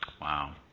wow